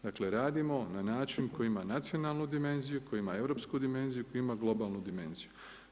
Dakle radimo na način koji ima nacionalnu dimenziju, koji ima europsku dimenziju, koji ima globalnu dimenziju.